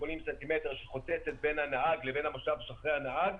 ס"מ שחוצצת בין הנהג לבין המושב שאחרי הנהג